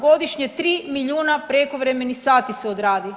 Godišnje tri milijuna prekovremenih sati se odradi.